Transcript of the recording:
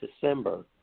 December